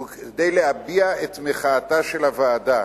וכדי להביע את מחאתה של הוועדה